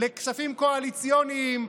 לכספים קואליציוניים,